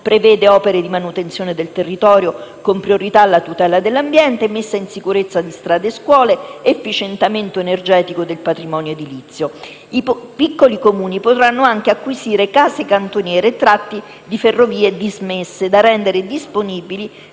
Prevede opere di manutenzione del territorio con priorità alla tutela dell'ambiente, messa in sicurezza di strade e scuole, efficientamento energetico del patrimonio edilizio. I piccoli Comuni potranno anche acquisire case cantoniere e tratte di ferrovie dismesse da rendere disponibili